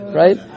right